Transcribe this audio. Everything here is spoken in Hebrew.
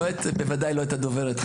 בוודאי לא את הדוברת.